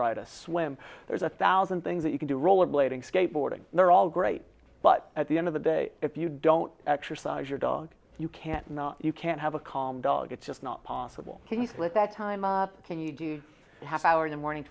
ride a swim there's a thousand things that you can do roller blading skateboarding they're all great but at the end of the day if you don't exercise your dog you can't and you can't have a calm dog it's just not possible he's like that time a half hour in the morning